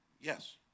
yes